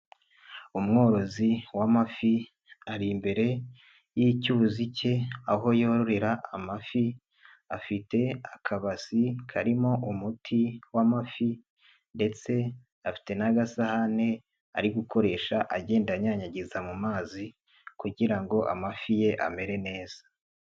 Umworozi w'amafi ari imbere y'icyuzi cye aho yororera amafi afite akabasi karimo umuti w'amafi ndetse afite n'agasahane ari gukoresha agenda anyanyagiza mu mazi kugira ngo amafi ye amere neza.